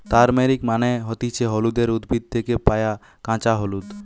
turmeric মানে হতিছে হলুদের উদ্ভিদ থেকে পায়া কাঁচা হলুদ